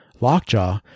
Lockjaw